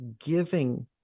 giving